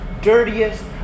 dirtiest